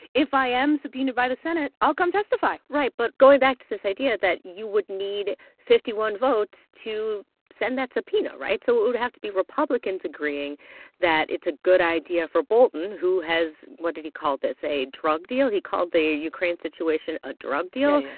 if i am subpoenaed by the senate, i'll come testify right. but going back to this idea that you would need fifty one votes to send that subpoena right? so it would have to be republicans agreeing that it's a good idea for bolton, who has what did he call this? a drug deal? he called the ukraine situation a drug deal.